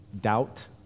doubt